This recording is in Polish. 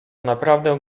naprawdę